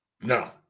No